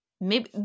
Maybe-